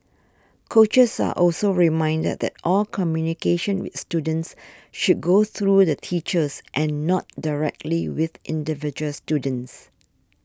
coaches are also reminded that all communication with students should go through the teachers and not directly with individual students